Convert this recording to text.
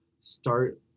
start